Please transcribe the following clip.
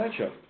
matchup